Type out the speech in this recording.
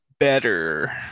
Better